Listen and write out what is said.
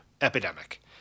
epidemic